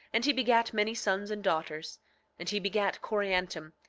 and he begat many sons and daughters and he begat coriantum,